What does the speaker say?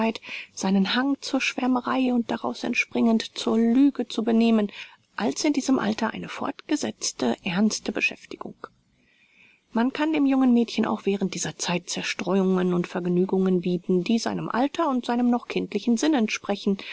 seinen hang zur schwärmerei und daraus entspringend zur lüge zu benehmen als in diesem alter eine fortgesetzte ernste beschäftigung man kann dem jungen mädchen auch während dieser zeit zerstreuungen und vergnügungen bieten die seinem alter und seinem noch kindlichen sinn entsprechen